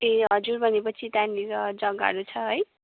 ए हजुर भनेपछि त त्यहाँनिर जग्गाहरू छ है